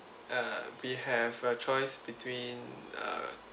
uh we have a choice between uh